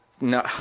No